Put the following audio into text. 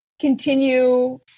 continue